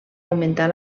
augmentar